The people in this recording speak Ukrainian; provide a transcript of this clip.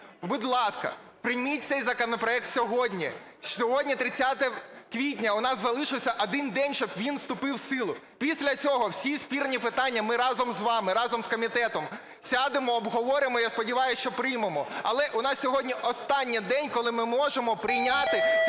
Будь ласка, прийміть цей законопроект сьогодні. Сьогодні 30 квітня, у нас залишився один день, щоб він вступив в силу, після цього всі спірні питання ми разом з вами, разом з комітетом сядемо обговоримо, і я сподіваюсь, що приймемо. Але у нас сьогодні останній день, коли ми можемо прийняти